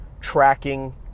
tracking